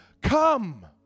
Come